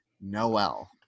noel